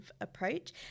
approach